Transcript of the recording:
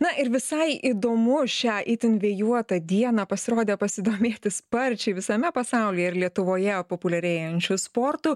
na ir visai įdomu šią itin vėjuotą dieną pasirodė pasidomėti sparčiai visame pasaulyje ir lietuvoje populiarėjančiu sportu